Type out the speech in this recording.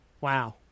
Wow